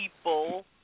people